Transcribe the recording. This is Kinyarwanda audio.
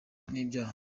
n’ibyaha